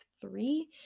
three